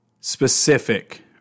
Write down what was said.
specific